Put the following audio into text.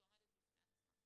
שעומדת בפני עצמה.